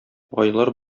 айлар